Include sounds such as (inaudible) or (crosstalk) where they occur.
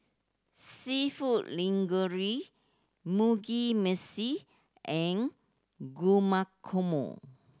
Seafood (unintelligible) Mugi Meshi and (unintelligible)